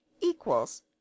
equals